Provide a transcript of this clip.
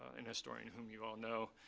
an historian whom you all know,